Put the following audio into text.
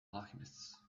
alchemists